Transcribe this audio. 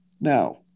Now